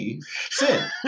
sin